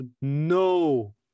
no